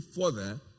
further